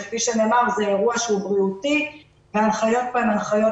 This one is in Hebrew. שכפי שנאמר זה אירוע שהוא בריאותי וההנחיות פה הן הנחיות